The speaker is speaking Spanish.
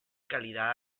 calidad